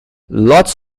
lots